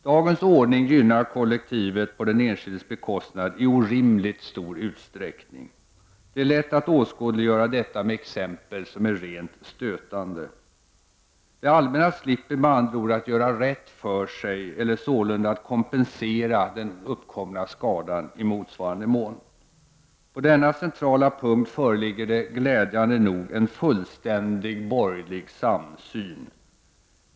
Dagens ordning gynnar kollektivet på den enskildes bekostnad i orimligt stor utsträckning. Det är lätt att åskådliggöra detta med exempel som är rent stötande. Det allmänna slipper med andra ord att göra rätt för sig eller sålunda att kompensera den uppkomna skadan i motsvarande mån. På denna centrala punkt föreligger det, glädjande nog, en fullständig borgerlig samsyn.